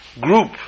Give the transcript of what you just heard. group